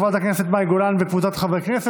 תודה לחברת הכנסת מירב בן ארי.